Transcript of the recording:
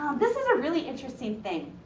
this is a really interesting thing.